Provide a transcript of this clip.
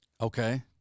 Okay